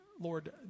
Lord